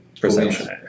perception